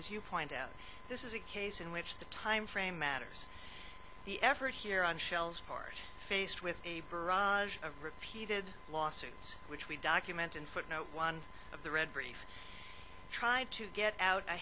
as you point out this is a case in which the time frame matters the effort here on shelves part faced with a barrage of repeated lawsuits which we document in footnote one of the red brief tried to get out a